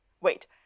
Wait